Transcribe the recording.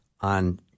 on